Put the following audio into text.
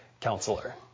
counselor